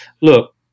look